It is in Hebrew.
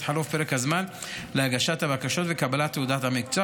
עד חלוף פרק הזמן להגשת הבקשות וקבלת תעודת המקצוע